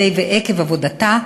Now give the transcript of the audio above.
תוך כדי ועקב עבודתו,